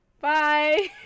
bye